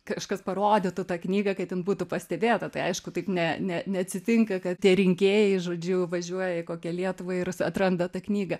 kažkas parodytų tą knygą kad jin būtų pastebėta tai aišku taip ne ne neatsitinka kad tie rinkėjai žodžiu važiuoja į kokią lietuvą ir atranda tą knygą